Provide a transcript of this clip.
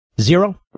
Zero